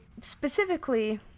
specifically